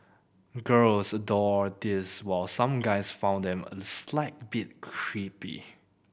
girls adored these while some guys found them a slight bit creepy